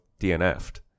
DNF'd